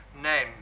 name